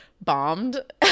bombed